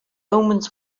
omens